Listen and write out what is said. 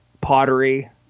pottery